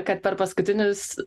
kad per paskutinius